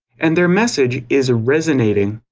and their message is resonating.